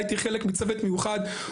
הייתי חלק מצוות מיוחד,